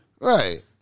Right